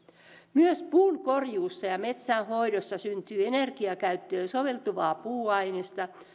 myös puunkorjuussa ja metsänhoidossa syntyy energiakäyttöön soveltuvaa puuainesta